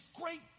great